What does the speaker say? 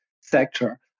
sector